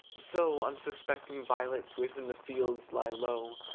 so unsuspected violets within the fields lie low,